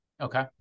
Okay